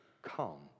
Come